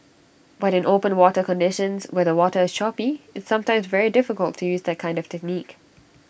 but in open water conditions where the water is choppy it's sometimes very difficult to use that kind of technique